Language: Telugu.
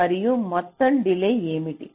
మరియు మొత్తం డిలే ఏమిటి